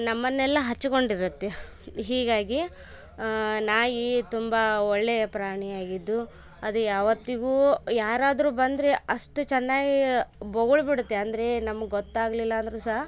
ನಮ್ಮನ್ನೆಲ್ಲ ಹಚ್ಚಿಕೊಂಡಿರುತ್ತೆ ಹೀಗಾಗಿ ನಾಯಿ ತುಂಬ ಒಳ್ಳೆಯ ಪ್ರಾಣಿಯಾಗಿದ್ದು ಅದು ಯಾವತ್ತಿಗು ಯಾರಾದ್ರು ಬಂದರೆ ಅಷ್ಟು ಚೆನ್ನಾಗಿ ಬೊಗಳಿಬಿಡುತ್ತೆ ಅಂದರೆ ನಮ್ಗೆ ಗೊತ್ತಾಗಲಿಲ್ಲ ಅಂದರು ಸಹ